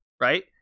right